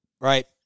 right